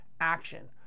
action